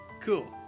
Cool